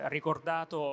ricordato